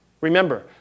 remember